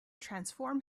transform